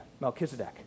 Melchizedek